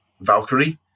Valkyrie